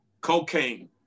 cocaine